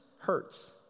hurts